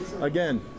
again